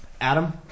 Adam